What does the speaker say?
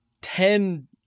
ten